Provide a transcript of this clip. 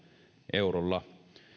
eurolla